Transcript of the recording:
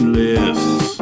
lists